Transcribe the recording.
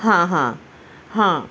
ہاں ہاں ہاں